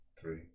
three